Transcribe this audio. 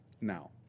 Now